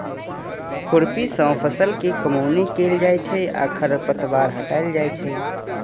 खुरपी सं फसल के कमौनी कैल जाइ छै आ खरपतवार हटाएल जाइ छै